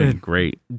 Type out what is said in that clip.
Great